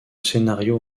scénario